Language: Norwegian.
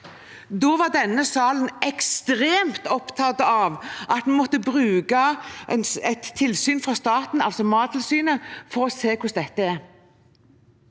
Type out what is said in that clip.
– var denne salen ekstremt opptatt av at en måtte bruke et tilsyn fra staten, altså Mattilsynet, for å se hvordan dette var.